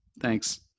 Thanks